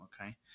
okay